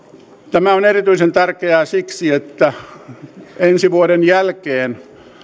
tämä on erityisen tärkeää siksi että ensi vuoden jälkeen